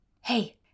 hey